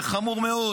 זה חמור מאוד.